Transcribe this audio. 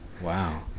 Wow